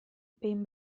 behin